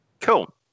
Cool